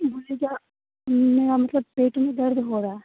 इन्होंने जा मेरा मतलब पेट मे दर्द हो रहा